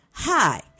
Hi